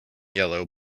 yellow